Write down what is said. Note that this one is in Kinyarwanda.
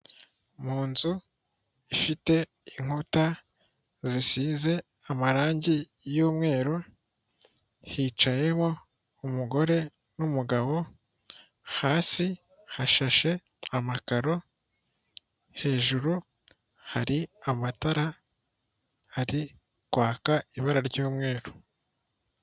Mu nzu ifite inkuta zisize amarangi y'umweru, hicayemo umugore n'umugabo, hasi hashashe amakaro, hejuru hari amatara, hari kwaka ibara ry'umweru.